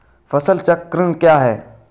फसल चक्रण क्या है?